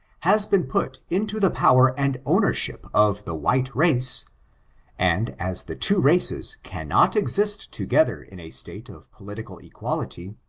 has been put into the power and ownership of the white race and as the two races cannot exist together in a state of political equality,